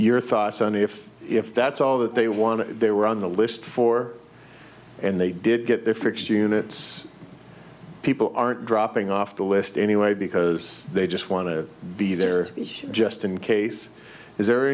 your thoughts on the if if that's all that they want they were on the list for and they did get their fix units people aren't dropping off the list anyway because they just want to be there just in case is there